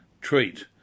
treat